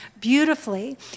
beautifully